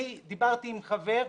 דיברתי עם חבר,